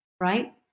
right